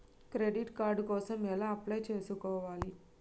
Credit card కోసం ఎలా apply చేసుకోవాలి?